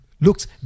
looks